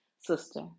sister